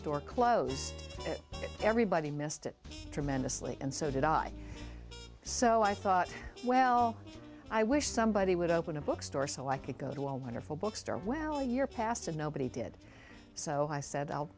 bookstore closed everybody missed it tremendously and so did i so i thought well i wish somebody would open a bookstore so i could go to a wonderful bookstore well your past of nobody did so i said i'll